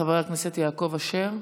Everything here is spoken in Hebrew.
חבר הכנסת יעקב אשר.